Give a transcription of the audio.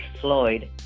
Floyd